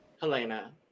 Helena